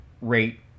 rate